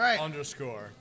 underscore